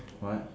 what